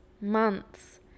months